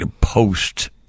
post